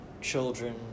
children